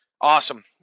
awesome